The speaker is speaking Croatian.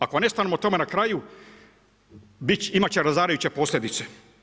Ako ne stanemo tome na kraju imat će razarajuće posljedice.